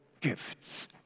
gifts